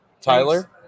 Tyler